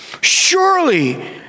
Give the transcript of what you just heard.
surely